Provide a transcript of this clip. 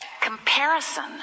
comparison